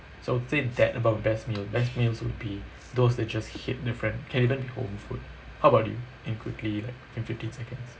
so think that about best meal best meals would be those that just hit different can even be home food how about you in quickly like in fifteen seconds